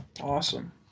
Awesome